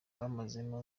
bamazemo